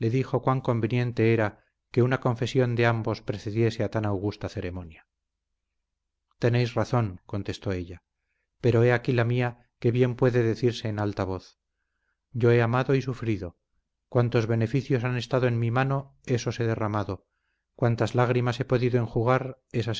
dijo cuán conveniente era que una confesión de ambos precediese a tan augusta ceremonia tenéis razón contestó ella pero he aquí la mía que bien puede decirse en alta voz yo he amado y sufrido cuantos beneficios han estado en mi mano esos he derramado cuantas lágrimas he podido enjugar esas